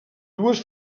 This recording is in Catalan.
dues